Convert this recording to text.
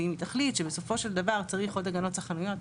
ואם היא תחליט שבסופו של דבר צריך עוד הגנות צרכניות,